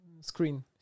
screen